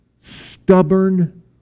stubborn